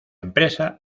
empresa